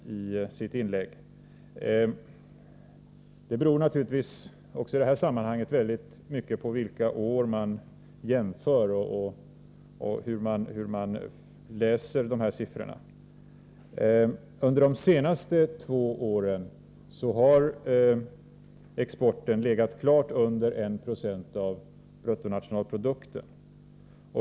Det resultat man får av statistiken beror naturligtvis också i detta sammanhang mycket på vilka år man jämför och hur man läser siffrorna. Under de senaste två åren har exporten legat klart under 1 96 av bruttonationalprodukten.